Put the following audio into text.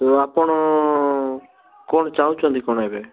ତ ଆପଣ କ'ଣ ଚାହୁଁଛନ୍ତି କ'ଣ ଏବେ